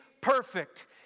perfect